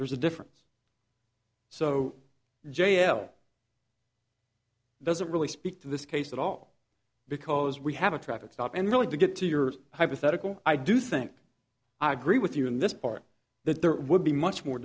there's a difference so j l doesn't really speak to this case at all because we have a traffic stop and really to get to your hypothetical i do think i agree with you in this part that there would be much more